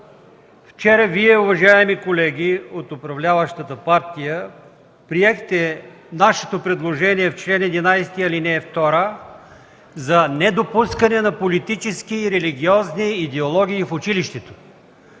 Вчера Вие, уважаеми колеги от управляващата партия, приехте нашето предложение по чл. 11, ал. 2 за недопускане на политически и религиозни идеологии в училището.